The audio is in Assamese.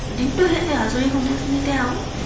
দিনটো সেই আজৰি সময়খিনিতে আৰু